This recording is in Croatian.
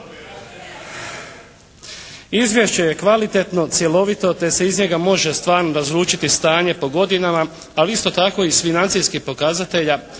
Izvješće je kvalitetno, cjelovito te se iz njega može stvarno razlučiti stanje po godinama, ali isto tako i s financijskih pokazatelja,